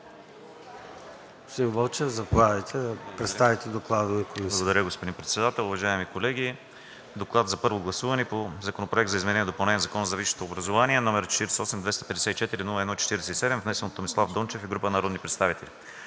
Благодаря Ви, господин Председател. Уважаеми колеги! „ДОКЛАД за първо гласуване относно Законопроект за изменение и допълнение на Закона за висшето образование, № 48-254-01-47, внесен от Томислав Пейков Дончев и група народни представители